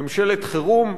ממשלת חירום?